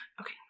Okay